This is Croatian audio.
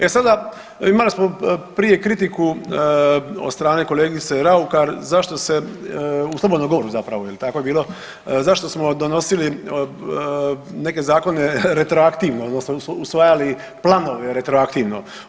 E sad imali smo prije kritiku od strane kolegice Raukar zašto se u slobodnom govoru zapravo, tako je bilo, zašto smo donosili neke zakone retroaktivno, odnosno usvajali planove retroaktivno.